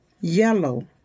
Yellow